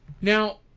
Now